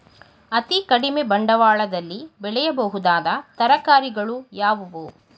ಅತೀ ಕಡಿಮೆ ಬಂಡವಾಳದಲ್ಲಿ ಬೆಳೆಯಬಹುದಾದ ತರಕಾರಿಗಳು ಯಾವುವು?